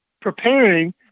preparing